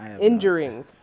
Injuring